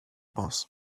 boss